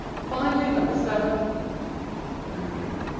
finally, number seven down here.